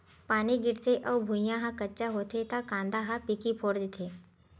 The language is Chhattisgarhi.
पानी गिरथे अउ भुँइया ह कच्चा होथे त कांदा ह पीकी फोर देथे